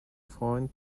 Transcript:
freund